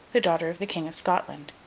the daughter of the king of scotland.